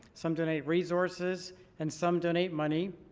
some donate resources and some donate money.